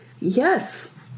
Yes